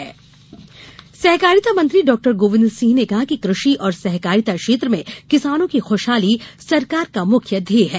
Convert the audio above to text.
किसान समृद्धि सहकारिता मंत्री डॉ गोविंद सिंह ने कहा है कि कृषि और सहकारिता क्षेत्र में किसानों की ख्शहाली सरकार का मुख्य ध्येय है